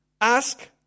Ask